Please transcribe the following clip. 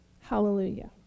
Hallelujah